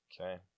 Okay